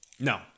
No